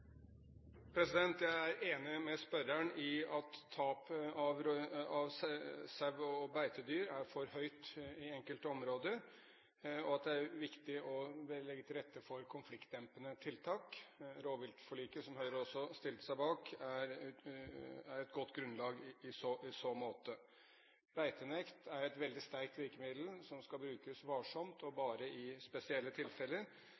Jeg er enig med spørreren i at tapet av sau og beitedyr er for høyt i enkelte områder, og at det er viktig å legge til rette for konfliktdempende tiltak. Rovviltforliket, som Høyre også stilte seg bak, er et godt grunnlag i så måte. Beitenekt er et veldig sterkt virkemiddel, som skal brukes varsomt og bare i spesielle tilfeller,